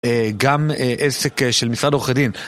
גם עסק של משרד עורכי דין.